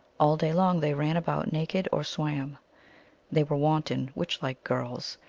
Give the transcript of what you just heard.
all day long they ran about naked or swam they were wanton, witch-like girls,